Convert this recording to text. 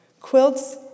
Quilts